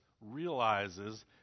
realizes